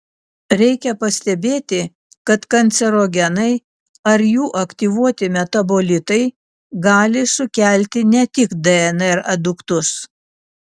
reikia pastebėti kad kancerogenai ar jų aktyvuoti metabolitai gali sukelti ne tik dnr aduktus